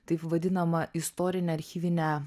taip vadinamą istorinę archyvinę